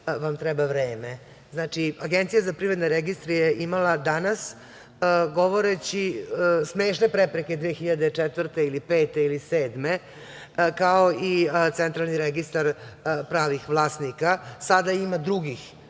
vam treba vreme. Znači, Agencija za privredne registre je imala danas govoreći smešne prepreke 2004, 2005. ili 2007. godine, kao i Centralni registar pravih vlasnika. Sada ima drugih